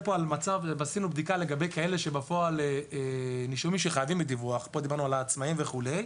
עשינו בדיקה לגבי נישומים שחייבים בדיווח דיברנו על העצמאיים וכולי.